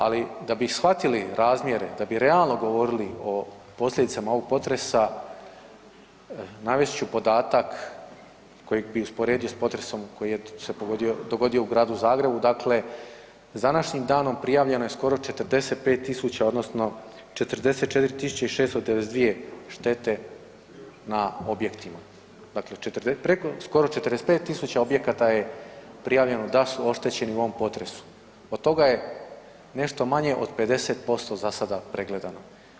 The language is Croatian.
Ali da bi shvatili razmjere, da bi realno govorili o posljedicama ovog potresa navest ću podatak kojeg bih usporedio s potresom koji se dogodio u Gradu Zagrebu, dakle s današnjim danom prijavljeno je skoro 45.000 odnosno 44.692 štete na objektima, dakle skoro 45.000 objekata je prijavljeno da su oštećeni u ovom potresu, od toga je nešto manje od 50% za sada pregledano.